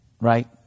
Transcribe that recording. Right